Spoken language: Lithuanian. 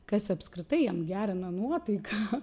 kas apskritai jam gerina nuotaiką